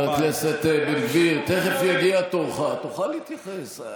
חבר הכנסת בן גביר, תכף יגיע תורך, תוכל להתייחס.